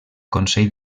consell